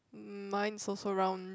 mm mine's also round